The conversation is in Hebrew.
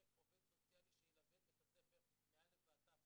עובד סוציאלי שילווה את בית הספר מא' ועד ת'.